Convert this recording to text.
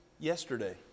Yesterday